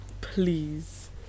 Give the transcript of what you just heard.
please